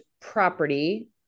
property